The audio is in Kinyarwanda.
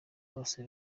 bose